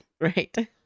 Right